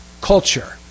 culture